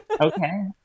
okay